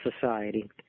society